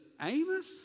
Amos